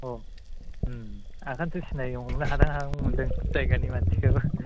औ आखायसो सिनायनो हमनो हाहां हाहां मोनदों जायगानि मानसिखौ